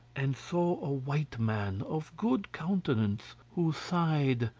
and saw a white man, of good countenance, who sighed,